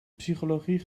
psychologie